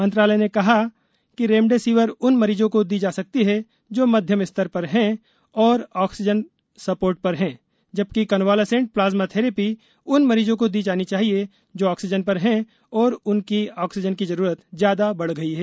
मंत्रालय ने कहा है कि रेमडेसिवर उन मरीजों को दी जा सकती है जो मध्यम स्तर पर हैं और ऑक्सीजन रिपोर्ट पर है जबकि कन्वालेंसेट प्लाज्मा थेरेपी उन मरीजों को दी जानी चाहिए जो ऑक्सीजन पर हैं और उनकी ऑक्सीजन की जरूरत ज्यादा बढ़ गई है